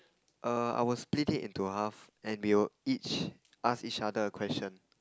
err I was split it into half and we will each ask each other a question